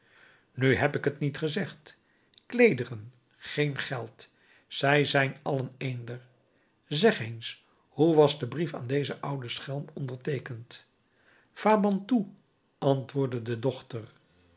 nu heb ik t niet gezegd kleederen geen geld zij zijn allen eender zeg eens hoe was de brief aan dezen ouden schelm onderteekend fabantou antwoordde de dochter